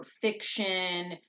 fiction